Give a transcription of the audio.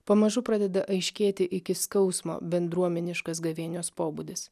pamažu pradeda aiškėti iki skausmo bendruomeniškas gavėnios pobūdis